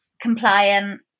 compliant